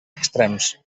extrems